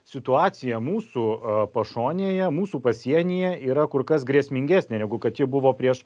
situacija mūsų pašonėje mūsų pasienyje yra kur kas grėsmingesnė negu kad ji buvo prieš